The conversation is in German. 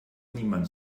niemand